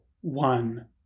one